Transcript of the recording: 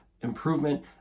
improvement